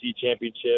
championship